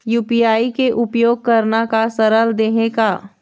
UPI के उपयोग करना का सरल देहें का?